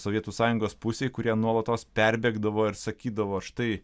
sovietų sąjungos pusėj kurie nuolatos perbėgdavo ir sakydavo štai